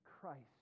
Christ